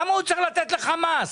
למה הוא צריך לתת לך מס?